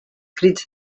crits